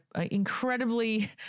incredibly